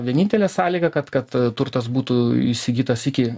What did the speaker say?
vienintelė sąlyga kad kad turtas būtų įsigytas iki